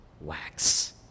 wax